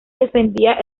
defendía